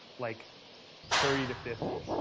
like thirty to fifty,